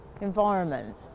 environment